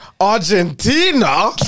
Argentina